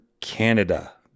Canada